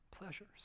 pleasures